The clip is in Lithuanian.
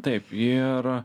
taip ir